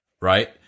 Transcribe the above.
right